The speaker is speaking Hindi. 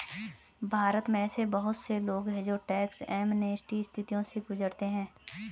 भारत में ऐसे बहुत से लोग हैं जो टैक्स एमनेस्टी स्थितियों से गुजरते हैं